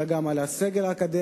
אלא גם על הסגל האקדמי,